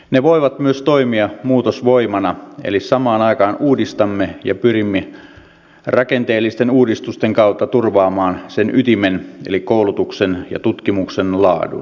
ne voivat myös toimia muutosvoimana eli samaan aikaan uudistamme ja pyrimme rakenteellisten uudistusten kautta turvaamaan sen ytimen eli koulutuksen ja tutkimuksen laadun